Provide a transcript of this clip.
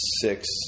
six